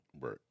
Right